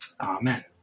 Amen